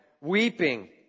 weeping